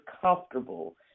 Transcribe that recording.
comfortable